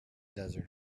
desert